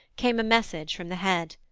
came a message from the head.